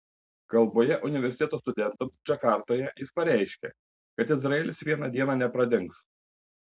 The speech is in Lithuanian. kalboje universiteto studentams džakartoje jis pareiškė kad izraelis vieną dieną nepradings